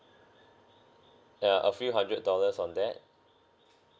ya a few hundred dollars on that